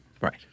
Right